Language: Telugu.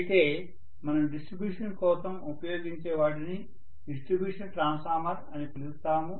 అయితే మనం డిస్ట్రిబ్యూషన్ కోసం ఉపయోగించే వాటిని డిస్ట్రిబ్యూషన్ ట్రాన్స్ఫార్మర్ అని పిలుస్తాము